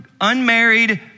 unmarried